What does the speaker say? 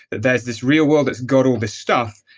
that there's this real world that's got all this stuff,